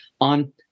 on